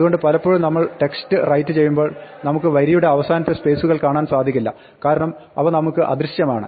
അതുകൊണ്ട് പലപ്പോഴും നമ്മൾ ടെക്സ്റ്റ് റൈറ്റ് ചെയ്യുമ്പോൾ നമുക്ക് വരിയുടെ അവസാനമുള്ള സ്പേസുകൾ കാണാൻ സാധിക്കില്ല കാരണം അവ നമുക്ക് അദൃശ്യമാണ്